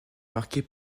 marquée